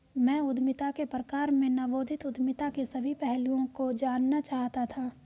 मैं उद्यमिता के प्रकार में नवोदित उद्यमिता के सभी पहलुओं को जानना चाहता था